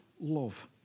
love